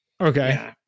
okay